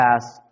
past